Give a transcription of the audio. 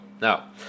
now